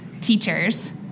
teachers